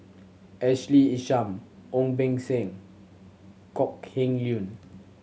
Ashley Isham Ong Beng Seng Kok Heng Leun